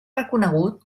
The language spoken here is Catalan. reconegut